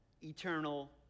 eternal